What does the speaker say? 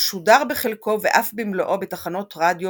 הוא שודר בחלקו ואף במלואו בתחנות רדיו